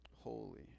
holy